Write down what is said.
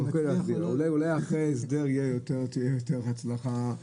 אולי אחרי ההסדר תהיה יותר הצלחה.